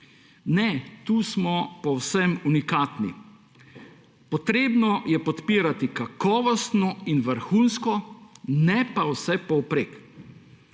Ne, tu smo povsem unikatni. Potrebno je podpirati kakovostno in vrhunsko, ne pa vsepovprek.